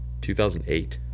2008